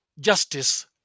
justice